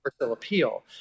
appeal